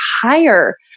higher